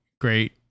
great